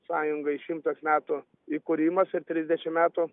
sąjungai šimtas metų įkūrimas ir trisdešim metų